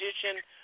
tradition